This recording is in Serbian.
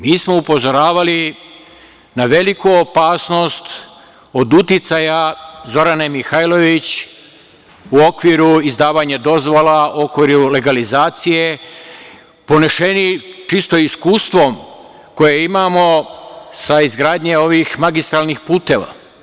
Mi smo upozoravali na veliku opasnost od uticaja Zorane Mihajlović u okviru izdavanja dozvola oko legalizacije, poneseni čisto iskustvom koje imamo sa izgradnje ovih magistralnih puteva.